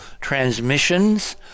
transmissions